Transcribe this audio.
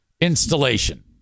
installation